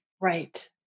Right